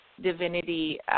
divinity